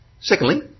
Secondly